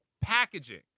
packaging